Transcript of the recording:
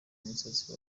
umusatsi